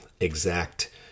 exact